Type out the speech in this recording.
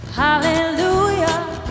hallelujah